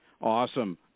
Awesome